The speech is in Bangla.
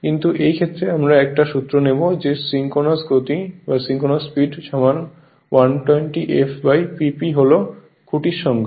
কিন্তু এই ক্ষেত্রে আমরা একটা সূত্র নেব যে সিঙ্ক্রোনাস স্পীড সমান 120f PP হল খুঁটির সংখ্যা